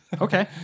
Okay